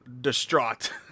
distraught